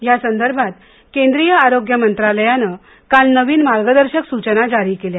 यासंदर्भात केंद्रीय आरोग्य मंत्रालयाने काल नवीन मार्गदर्शक सुचना जारी केल्या